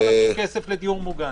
הוא לא יכול להוציא כסף לדיור מוגן.